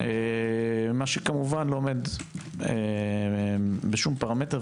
מה שכמובן לא עומד בשום פרמטר,